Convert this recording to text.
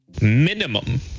Minimum